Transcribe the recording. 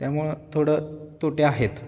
त्यामुळं थोडं तोटे आहेत